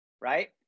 right